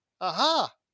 aha